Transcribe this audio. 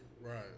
Right